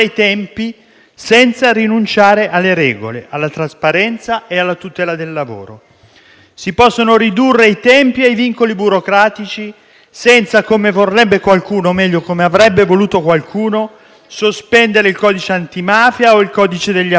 senza rinunciare alle regole, alla trasparenza e alla tutela del lavoro. Si possono ridurre i tempi e i vincoli burocratici senza sospendere - come vorrebbe qualcuno o, meglio, come avrebbe voluto qualcuno - il codice antimafia o il codice degli appalti.